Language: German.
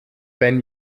wenn